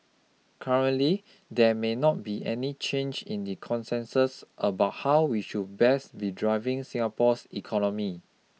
currently there may not be any change in the consensus about how we should best be driving Singapore's economy